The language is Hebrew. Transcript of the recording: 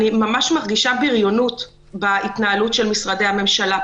אני מרגישה בריונות בהתנהלות של משרדי הממשלה,